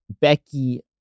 Becky